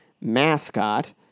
mascot